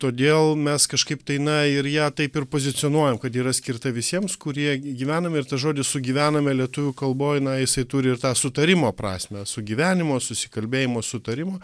todėl mes kažkaip tai na ir ją taip ir pozicionuojam kad yra skirta visiems kurie gyvename ir tas žodis sugyvename lietuvių kalboj na jisai turi ir tą sutarimo prasmę sugyvenimo susikalbėjimo sutarimo